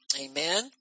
amen